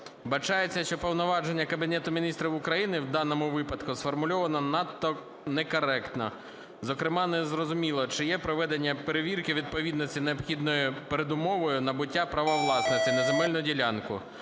Вбачається, що повноваження Кабінету Міністрів України в даному випадку сформульовано надто некоректно, зокрема незрозуміло чи є проведення перевірки відповідності необхідною передумовою набуття права власності на земельну ділянку.